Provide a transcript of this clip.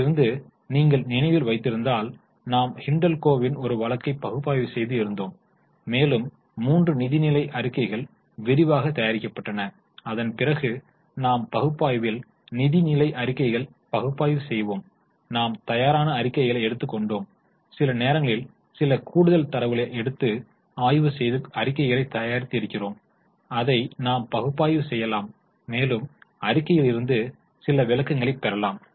அதிலிருந்து நீங்கள் நினைவில் வைத்திருந்தால் நாம் ஹிண்டல்கோவின் ஒரு வழக்கைச் பகுப்பாய்வு செய்து இருந்தோம் மேலும் மூன்று நிதிநிலை அறிக்கைகள் விரிவாக தயாரிக்கப்பட்டன அதன் பிறகு நாம் பகுப்பாய்வில் நிதிநிலை அறிக்கைகள் பகுப்பாய்வு செய்வோம் நாம் தயாரான அறிக்கைகளை எடுத்துக்கொண்டோம் சில நேரங்களில் சில கூடுதல் தரவுகளை எடுத்து ஆய்வு செய்து அறிக்கைகளை தயாரித்து இருக்கிறோம் அதை நாம் பகுப்பாய்வு செய்யலாம் மேலும் அறிக்கையில் இருந்து சில விளக்கங்கள் பெறலாம்